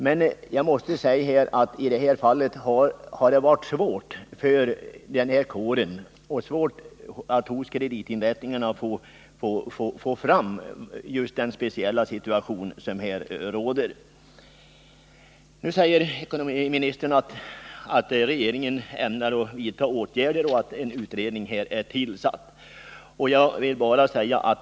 Men jag måste säga att i detta fall har det varit svårt för den här kåren att hos kreditinrättningarna få fram vad som behövs i den speciella situation som här råder. Ekonomiministern säger nu att regeringen ämnar vidta åtgärder och att en . utredning är tillsatt.